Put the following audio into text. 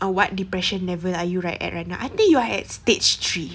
err what depression level are you right at right now I think you are at stage three